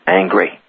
angry